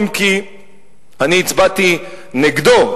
אם כי אני הצבעתי נגדו,